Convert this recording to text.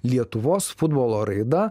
lietuvos futbolo raida